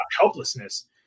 helplessness